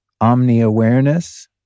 omni-awareness